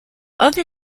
other